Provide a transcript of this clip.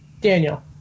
Daniel